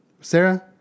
Sarah